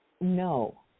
No